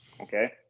okay